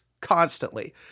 constantly